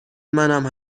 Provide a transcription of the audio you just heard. منم